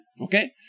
Okay